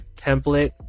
template